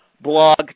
blog